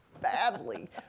badly